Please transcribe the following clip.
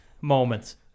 moments